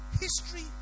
history